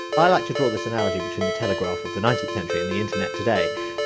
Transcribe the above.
i like to draw this analogy between the telegraph of the nineteenth century and the internet today,